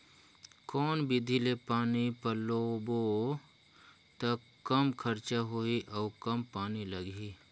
कौन विधि ले पानी पलोबो त कम खरचा लगही अउ कम पानी लगही?